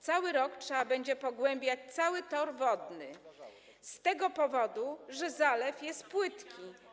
Cały rok trzeba będzie pogłębiać cały tor wodny z tego powodu, że zalew jest płytki.